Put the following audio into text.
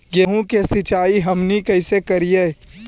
गेहूं के सिंचाई हमनि कैसे कारियय?